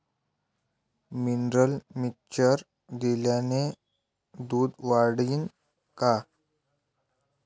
Mineral mixture दिल्यानं दूध वाढीनं का?